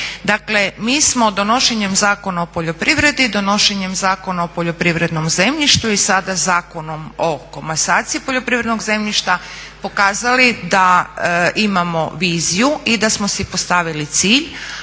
Dakle mi smo donošenjem Zakona o poljoprivredi, donošenjem Zakona o poljoprivrednom zemljištu i sada Zakonom o komasaciji poljoprivrednog zemljišta pokazali da imamo viziju i da smo si postavili cilj.